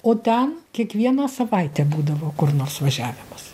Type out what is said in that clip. o ten kiekvieną savaitę būdavo kur nors važiavimas